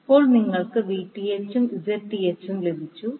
ഇപ്പോൾ നിങ്ങൾക്ക് Vth ഉം Zth ഉം ലഭിച്ചു